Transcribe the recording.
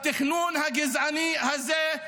בתכנון הגזעני הזה,